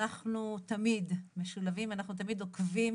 אנחנו תמיד משולבים ואנחנו תמיד עוקבים